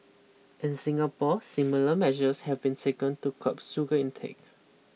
in Singapore similar measures have been taken to curb sugar intake